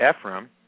Ephraim